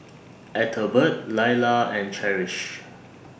Ethelbert Lailah and Cherish